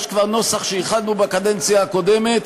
יש כבר נוסח שהכנו בקדנציה הקודמת.